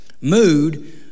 mood